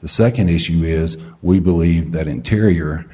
the second issue is we believe that interior